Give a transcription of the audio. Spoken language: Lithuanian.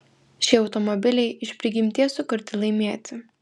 šie automobiliai iš prigimties sukurti laimėti